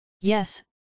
Yes